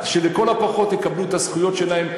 שלכל הפחות יקבלו את הזכויות שלהם.